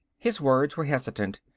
his words were hesitant.